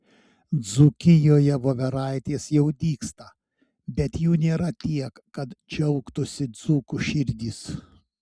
dzūkijoje voveraitės jau dygsta bet jų nėra tiek kad džiaugtųsi dzūkų širdys